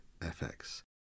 FX